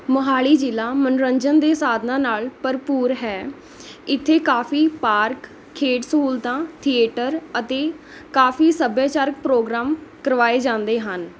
ਮੋਹਾਲੀ ਜ਼ਿਲ੍ਹਾ ਮਨੋਰੰਜਨ ਦੇ ਸਾਧਨਾਂ ਨਾਲ਼ ਭਰਪੂਰ ਹੈ ਇੱਥੇ ਕਾਫ਼ੀ ਪਾਰਕ ਖੇਡ ਸਹੂਲਤਾਂ ਥੀਏਟਰ ਅਤੇ ਕਾਫ਼ੀ ਸੱਭਿਆਚਾਰਕ ਪ੍ਰੋਗਰਾਮ ਕਰਵਾਏ ਜਾਂਦੇ ਹਨ